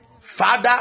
Father